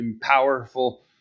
powerful